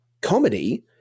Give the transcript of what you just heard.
comedy